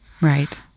right